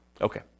Okay